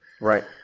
right